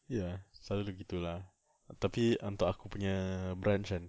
ya selalu dah gitu lah tapi untuk aku punya branch kan